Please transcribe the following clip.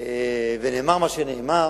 ונאמר מה שנאמר,